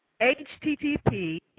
HTTP